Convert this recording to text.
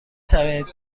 توانید